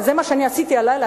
וזה מה שעשיתי הלילה,